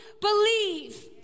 believe